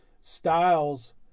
styles